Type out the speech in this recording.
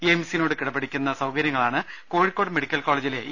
എയിംസിനോട് കിട പിടിക്കുന്ന സൌകര്യങ്ങളാണ് കോഴിക്കോട് മെഡിക്കൽ കോളേജിലെ ഇ